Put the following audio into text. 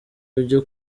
ujye